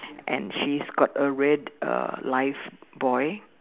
and she's got a red uh lifebuoy